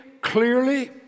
clearly